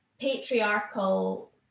patriarchal